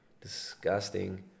disgusting